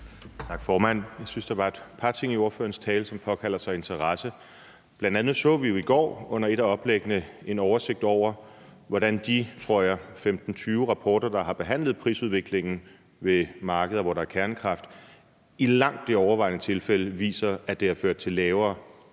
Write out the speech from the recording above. Tak, formand. Jeg syntes, der var et par ting i ordførerens tale, som påkalder sig interesse. Bl.a. så vi jo i går under et af oplæggene en oversigt over, hvordan de, tror jeg, 15-20 rapporter, der har behandlet prisudviklingen på markeder, hvor der er kernekraft, i langt overvældende tilfælde viser, at det har ført til lavere og ikke